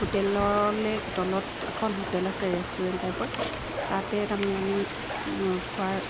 হোটেলতে তলত এখন হোটেল আছে ৰেষ্টুৰেণ্ট টাইপৰ তাতে তাৰমানে আমি খোৱাৰ